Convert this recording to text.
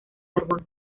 carbono